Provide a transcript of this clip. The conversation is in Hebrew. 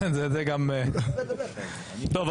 טוב,